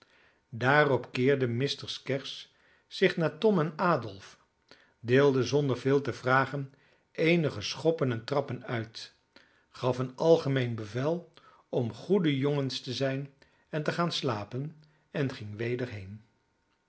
daarop keerde mr skeggs zich naar tom en adolf deelde zonder veel te vragen eenige schoppen en trappen uit gaf een algemeen bevel om goede jongens te zijn en te gaan slapen en ging weder heen